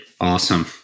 awesome